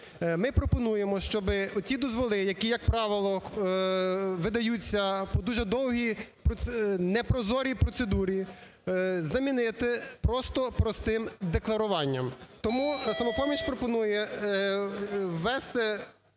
Ми пропонуємо, щоби оці дозволи, які як правило видаються по дуже довгій непрозорій процедурі, замінити просто простим декларуванням. Тому "Самопоміч" пропонує ввести